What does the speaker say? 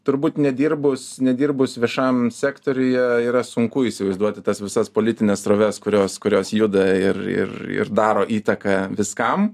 turbūt nedirbus nedirbus viešajam sektoriuje yra sunku įsivaizduoti tas visas politines sroves kurios kurios juda ir ir ir daro įtaką viskam